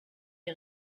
est